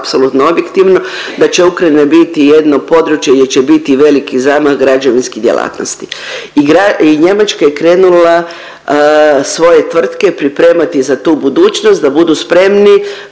apsolutno objektivno, da će Ukrajina biti jedno područje gdje će biti veliki zamah građevinskih djelatnosti. I Njemačka je krenula svoje tvrtke pripremati za tu budućnost da budu spremni